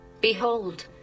Behold